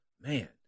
man